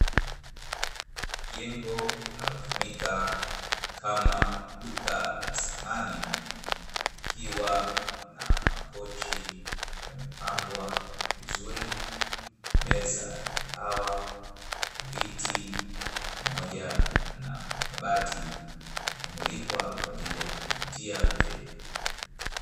Jengo linalotumika kama duka la samani likiwa na makochi yamepangwa vizuri, meza ya kahawa, viti pamoja na makabati vikimulikwa kwa ajili ya kumvutia mteja.